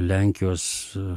lenkijos i